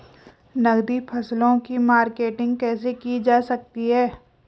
नकदी फसलों की मार्केटिंग कैसे की जा सकती है?